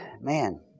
man